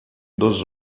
dos